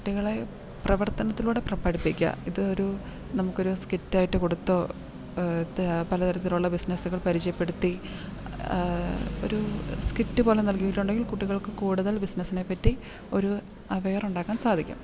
കുട്ടികളെ പ്രവർത്തനത്തിലൂടെ പഠിപ്പിക്കാൻ ഇത് ഒരു നമുക്ക് ഒരു സ്കിറ്റായിട്ട് കൊടുത്തോ ത പല തരത്തിലുള്ള ബിസിനസ്സുകൾ പരിചയപ്പെടുത്തി ഒരു സ്കിറ്റ് പോലെ നൽകിയിട്ട് ഉണ്ടെങ്കിൽ കുട്ടികൾക്ക് കൂടുതൽ ബിസിനസ്സിനെപ്പറ്റി ഒരു അവയറുണ്ടാക്കാൻ സാധിക്കും